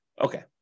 Okay